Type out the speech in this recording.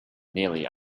nearly